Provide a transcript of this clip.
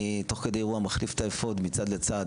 תוך כדי אירוע מחליף את האפוד מצד לצד.